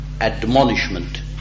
admonishment